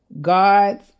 God's